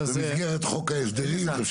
במסגרת חוק ההסדרים.